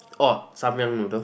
orh Samyang noodle